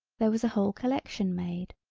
there was a whole collection made.